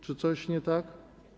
Czy coś nie tak?